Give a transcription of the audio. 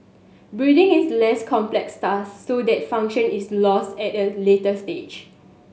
breathing is a less complex task so that function is lost at a later stage